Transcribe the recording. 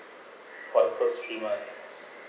from first trimax